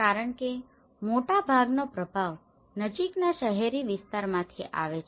કારણ કે મોટાભાગનો પ્રભાવ નજીકના શહેરી વિસ્તારોમાંથી આવે છે